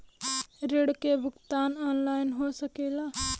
ऋण के भुगतान ऑनलाइन हो सकेला?